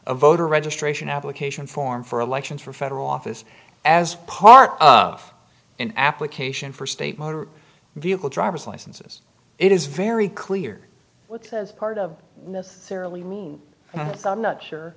a voter registration application form for elections for federal office as part of an application for state motor vehicle driver's licenses it is very clear what was part of necessarily mean and i'm not sure